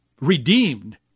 redeemed